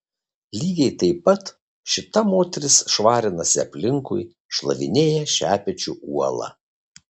lygiai taip pat šita moteris švarinasi aplinkui šlavinėja šepečiu uolą